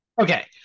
Okay